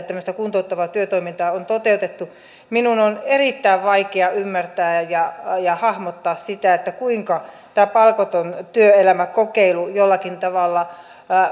tämmöistä kuntouttavaa työtoimintaa on toteutettu minun on erittäin vaikea ymmärtää ja ja hahmottaa sitä kuinka tämä palkaton työelämäkokeilu jollakin tavalla